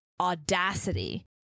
audacity